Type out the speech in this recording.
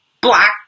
black